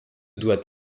doit